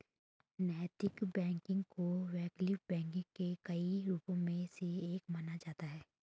नैतिक बैंकिंग को वैकल्पिक बैंकिंग के कई रूपों में से एक माना जाता है